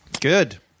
Good